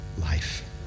Life